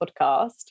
podcast